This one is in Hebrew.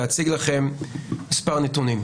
להציג לכם מספר נתונים,